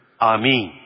amen